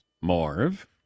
Marv